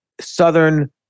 Southern